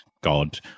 god